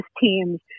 teams